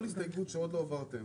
כל הסתייגות שעוד לא עברתם